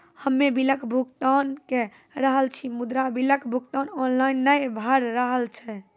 हम्मे बिलक भुगतान के रहल छी मुदा, बिलक भुगतान ऑनलाइन नै भऽ रहल छै?